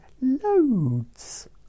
loads